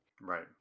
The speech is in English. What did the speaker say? Right